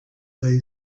lay